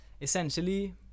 essentially